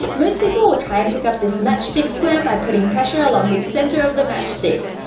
most people will try, and pick up this matchstick square by putting pressure along the centre of the matchsticks,